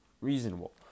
reasonable